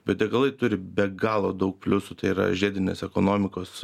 bet degalai turi be galo daug pliusų tai yra žiedinės ekonomikos